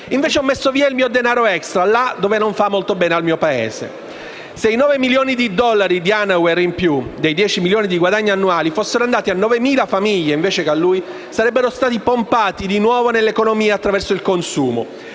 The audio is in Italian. invece messo via il mio denaro *extra*, là dove non fa molto bene al mio Paese. Se i 9.000.000 di dollari di Hanauer in più dei 10.000.000 di guadagni annuali fossero andati a 9.000 famiglie invece che a lui, sarebbero stati pompati di nuovo nell'economia attraverso il consumo